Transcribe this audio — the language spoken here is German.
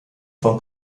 von